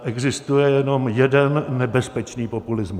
Existuje jenom jeden nebezpečný populismus.